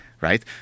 right